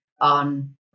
on